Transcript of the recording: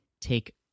take